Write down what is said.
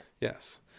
yes